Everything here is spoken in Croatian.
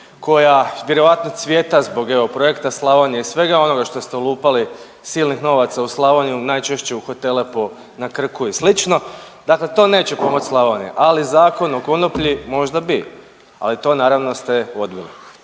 koja vjerojatno evo cvjeta zbog evo projekta Slavonije i svega onoga što ste ulupali silnih novaca u Slavoniju, najčešće u hotele na Krku i slično, dakle to neće pomoć Slavoniji, ali Zakon o konoplji možda bi, ali to naravno ste odbili.